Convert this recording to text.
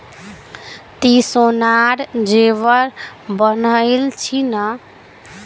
ती सोनार जेवर बनइल छि न